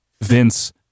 Vince